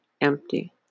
empty